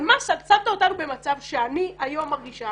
אבל שמת אותנו במצב שאני היום מרגישה